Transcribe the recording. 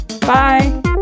bye